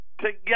together